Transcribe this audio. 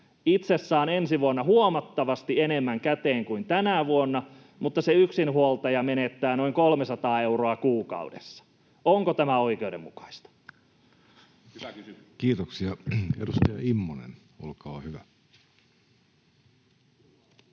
itsessään ensi vuonna tulee huomattavasti enemmän käteen kuin tänä vuonna — mutta se yksinhuoltaja menettää noin 300 euroa kuukaudessa. Onko tämä oikeudenmukaista? [Speech 578] Speaker: